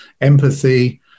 empathy